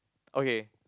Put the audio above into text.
okay